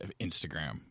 Instagram